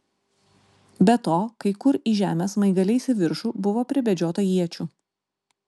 be to kai kur į žemę smaigaliais į viršų buvo pribedžiota iečių